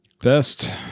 Best